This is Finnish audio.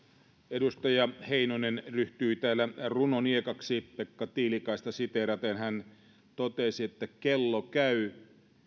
edustaja heinonen ryhtyi täällä runoniekaksi pekka tiilikaista siteeraten hän totesi että kello käy